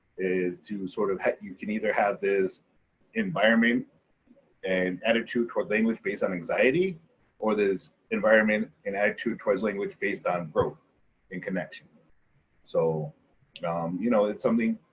is to sort of, you can either have this environment and attitude toward language based on anxiety or this environment and attitude towards language based on growth and connection so you know it's something